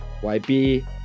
yb